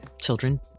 Children